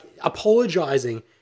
apologizing